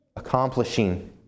accomplishing